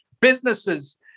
businesses